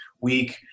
week